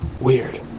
Weird